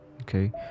Okay